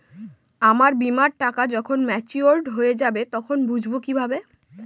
আমার বীমার টাকা যখন মেচিওড হবে তখন বুঝবো কিভাবে?